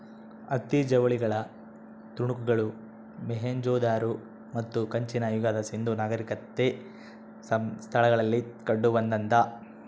ಹತ್ತಿ ಜವಳಿಗಳ ತುಣುಕುಗಳು ಮೊಹೆಂಜೊದಾರೋ ಮತ್ತು ಕಂಚಿನ ಯುಗದ ಸಿಂಧೂ ನಾಗರಿಕತೆ ಸ್ಥಳಗಳಲ್ಲಿ ಕಂಡುಬಂದಾದ